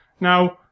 Now